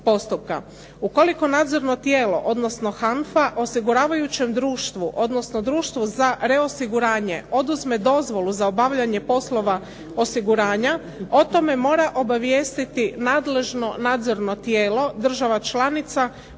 Ukoliko nadzorno tijelo, odnosno HANFA osiguravajućem društvu, odnosno društvu za reosiguranje oduzme dozvolu za obavljanje poslova osiguranja, o tome mora obavijestiti nadležno nadzorno tijelo država članica, pružanje